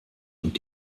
und